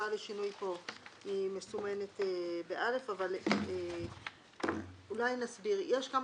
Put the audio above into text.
ההצעה לשינוי פה מסומנת ב-א אבל אולי נסביר: יש כמה